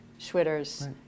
Schwitter's